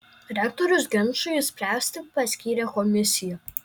rektorius ginčui išspręsti paskyrė komisiją